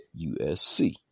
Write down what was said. USC